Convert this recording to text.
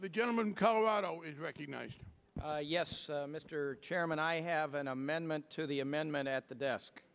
the gentleman colorado is recognized yes mr chairman i have an amendment to the amendment at the desk